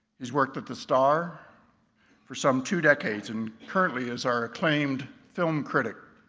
he's worked with the star for some two decades and currently is our acclaimed film critic.